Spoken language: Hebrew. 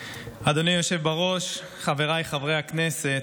אדוני היושב בראש, חבריי חברי הכנסת,